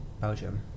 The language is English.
Belgium